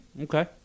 Okay